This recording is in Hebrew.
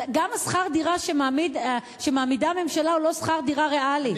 אז שכר הדירה שמעמידה הממשלה הוא לא שכר דירה ריאלי.